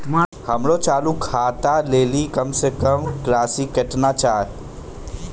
हमरो चालू खाता लेली कम से कम राशि केतना छै?